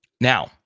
Now